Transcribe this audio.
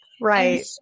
Right